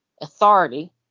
authority